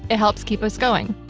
it helps keep us going.